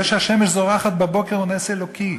זה שהשמש זורחת בבוקר זה נס אלוקי,